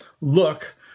look